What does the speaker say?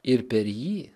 ir per jį